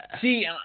See